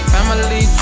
Family